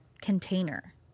container